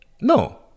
No